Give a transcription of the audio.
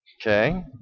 Okay